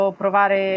provare